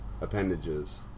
appendages